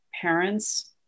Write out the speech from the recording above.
parents